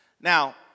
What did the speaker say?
Now